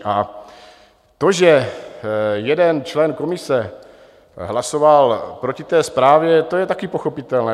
A to, že jeden člen komise hlasoval proti té zprávě, to je taky pochopitelné.